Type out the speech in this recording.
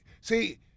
See